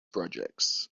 projects